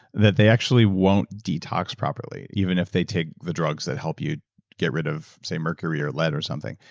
that they actually won't detox properly, even if they take the drugs that help you get rid of say mercury or lead or something,